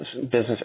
business